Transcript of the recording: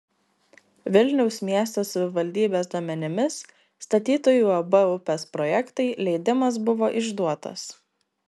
vilniaus miesto savivaldybės duomenimis statytojui uab upės projektai leidimas buvo išduotas